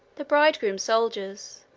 the bridegroom soldiers,